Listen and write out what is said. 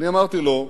אמרתי לו: